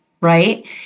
right